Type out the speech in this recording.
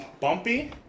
bumpy